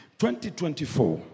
2024